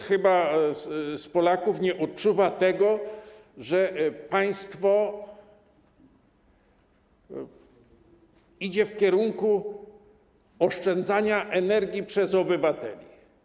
Chyba nikt z Polaków nie odczuwa tego, że państwo idzie w kierunku oszczędzania energii przez obywateli.